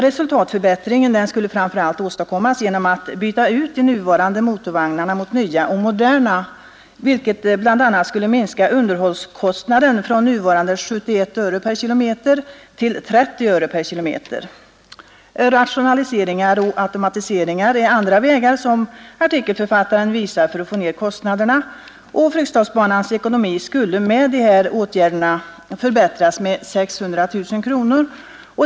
Resultatförbättringen skulle framför för allt åstadkommas genom att byta ut de nuvarande motorvagnarna mot nya och moderna, vilket bl.a. skulle minska underhållskostnaden från nuvarande 71 öre per km till 30 öre per km. Rationaliseringar och automatiseringar är andra vägar som artikelförfattaren visar för att få ned kostnaderna, och Fryksdalsbanans ekonomi skulle med de här åtgärderna förbättras med 600 000 kronor.